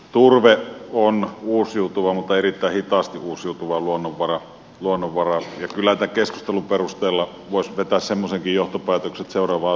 turve on uusiutuva mutta erittäin hitaasti uusiutuva luonnonvara ja kyllä tämän keskustelun perusteella voisi vetää semmoisenkin johtopäätöksen että seuraava asia on sitten maailmanloppu